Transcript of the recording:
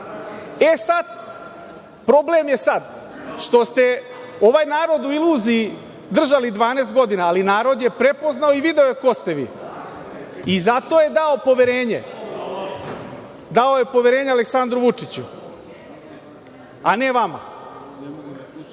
E, sad problem je sad što ste ovaj narod u iluziji držali 12 godina, ali narod je prepoznao i video ko ste vi, i zato je dao poverenje. Dao je poverenje Aleksandru Vučiću, a ne vama.